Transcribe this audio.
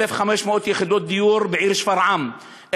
1,500 יחידות דיור בעיר שפרעם,